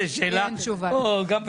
יש לי תשובה גם לזה.